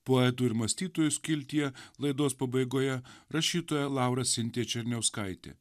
poetų ir mąstytojų skiltyje laidos pabaigoje rašytoja laura sintija černiauskaitė